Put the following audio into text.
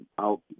out